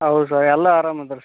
ಹೌದ್ ಸರ್ ಎಲ್ಲ ಆರಾಮ ಇದಾರ್